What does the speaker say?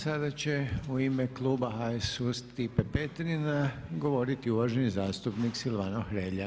Sada će u ime kluba HSU Stipe Petrina govoriti uvaženi zastupnik Silvano Hrelja.